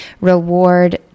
reward